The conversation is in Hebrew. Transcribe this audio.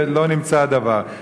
ולא נמצא הדבר.